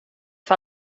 för